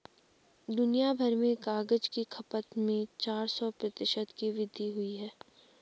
दुनियाभर में कागज की खपत में चार सौ प्रतिशत की वृद्धि हुई है